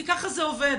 כי ככה זה עובד.